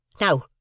Now